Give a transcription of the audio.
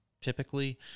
typically